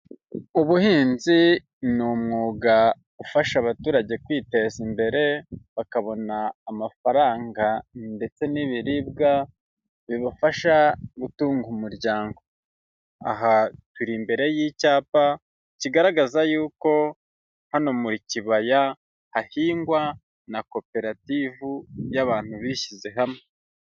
Ubuhinzi ni umwuga ufasha abaturage kwiteza imbere bakabona amafaranga ndetse n'ibiribwa bibafasha gutunga umuryango, aha turi imbere y'icyapa kigaragaza yuko hano mu kibaya hahingwa na koperative y'abantu bishyize hamwe.